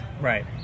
right